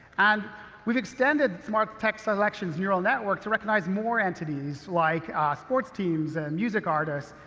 and we've extended smart text selection's neural network to recognize more entities, like ah sports teams and music artists,